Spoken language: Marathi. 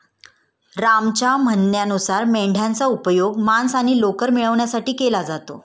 रामच्या म्हणण्यानुसार मेंढयांचा उपयोग मांस आणि लोकर मिळवण्यासाठी केला जातो